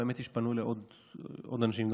והאמת היא שפנו אליי עוד אנשים,